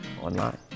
Online